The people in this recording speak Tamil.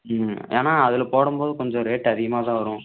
ம் ஏன்னா அதில் போடும்போது கொஞ்சம் ரேட்டு அதிகமாக தான் வரும்